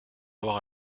loire